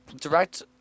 direct